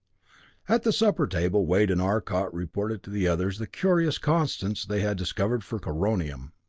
at the supper table wade and arcot reported to the others the curious constants they had discovered for coronium.